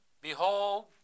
Behold